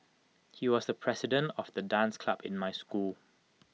he was the president of the dance club in my school